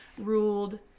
ruled